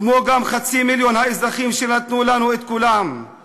כמו גם חצי מיליון האזרחים שנתנו לנו את קולם,